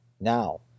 now